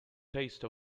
taste